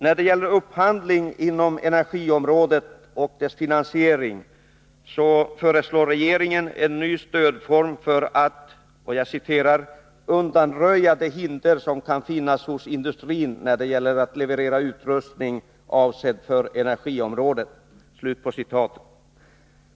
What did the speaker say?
När det gäller upphandlingen inom energiområdet och dess finansiering föreslår regeringen en ny stödform för att ”undanröja de hinder som kan finnas hos industrin när det gäller att leverera utrustning avsedd för energiområdet”.